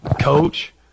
coach